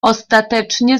ostatecznie